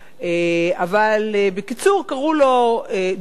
בקיצור קראו לו "דוח